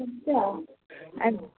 ଆଚ୍ଛା ଆଚ୍ଛା